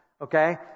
Okay